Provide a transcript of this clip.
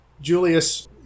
Julius